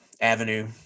avenue